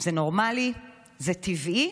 "זה נורמלי", "זה טבעי",